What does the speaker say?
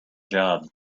job